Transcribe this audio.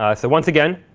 ah so once again,